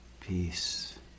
peace